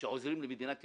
שעוזרים למדינת ישראל,